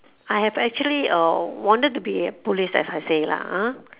I have actually uh wanted to be a police as I said lah ha